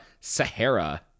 Sahara